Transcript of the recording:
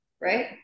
right